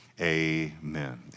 Amen